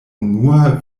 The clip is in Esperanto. unua